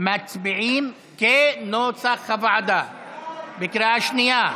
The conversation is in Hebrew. מצביעים כנוסח הוועדה בקריאה שנייה.